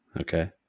Okay